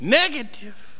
negative